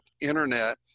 internet